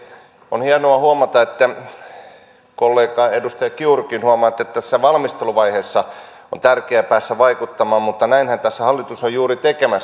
on hienoa huomata että kollega edustaja kiurukin huomautti että tässä valmisteluvaiheessa on tärkeää päästä vaikuttamaan mutta näinhän tässä hallitus on juuri tekemässä